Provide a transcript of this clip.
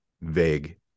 vague